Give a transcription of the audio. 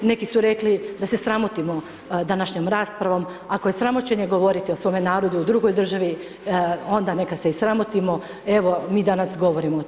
Neki su rekli da se sramotimo današnjom raspravu, ako je sramoćenje govoriti o svome narodu u drugoj državi, onda neka se i sramotimo, evo mi danas govorimo o tome.